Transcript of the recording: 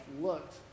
looked